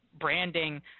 branding